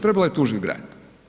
Trebala je tužiti grad.